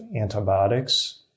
antibiotics